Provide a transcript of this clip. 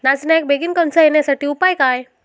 नाचण्याक बेगीन कणसा येण्यासाठी उपाय काय?